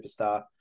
superstar